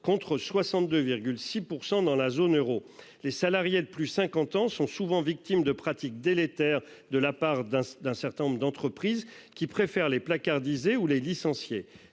contre 62 6 % dans la zone euro. Les salariés de plus 50 ans sont souvent victimes de pratiques délétères de la part d'un d'un certain nombre d'entreprises qui préfèrent les placardisés ou les licenciés